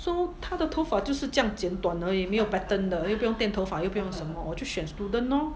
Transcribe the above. so 她的头发就是这样剪短而已没有 pattern 的又不用颠头发又不用什么我就选 student lor